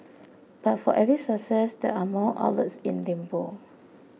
but for every success there are more outlets in limbo